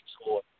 score